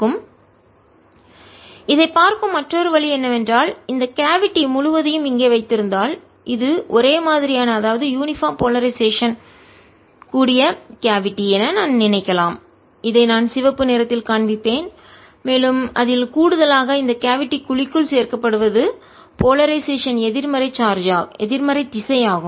E P30zFor inner cavity dipole of P 4π3R13Pz இதைப் பார்க்கும் மற்றொரு வழி என்னவென்றால் இந்த கேவிட்டி குழி முழுவதையும் இங்கே வைத்திருந்தால் இது ஒரே மாதிரியான அதாவது யூனிபார்ம் போலரைசேஷன் துருவமுனைப்புடன் கூடிய கேவிட்டி குழி என நான் நினைக்கலாம் இதை நான் சிகப்பு நிறத்தில் காண்பிப்பேன் மேலும் அதில் கூடுதல் ஆக இந்த கேவிட்டி குழிக்குள் சேர்க்கப்படுவது போலரைசேஷன் துருவமுனைப்பு எதிர்மறை திசை ஆகும்